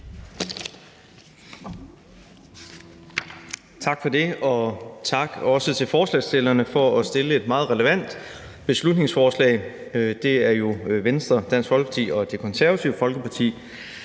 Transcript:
Tak for det, og også tak til forslagsstillerne for at fremsætte et meget relevant beslutningsforslag. Det er jo Venstre, Dansk Folkeparti og Det Konservative Folkeparti,